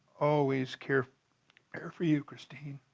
always care care for you, cristine,